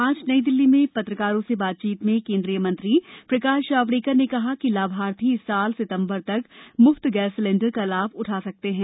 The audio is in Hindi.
आज नई दिल्ली में पत्रकारों से बातचीत में केंद्रीय मंत्री प्रकाश जावड़ेकर ने कहा कि लाभार्थी इस साल सितंबर तक मुफ्त सिलेंडर का लाभ उठा सकते हैं